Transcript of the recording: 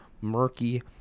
murky